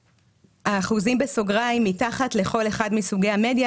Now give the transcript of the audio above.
האחוזים בסוגריים מתחת לכל אחד מסוגי המדיה,